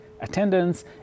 attendance